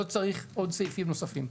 לא צריך עוד סעיפים נוספים.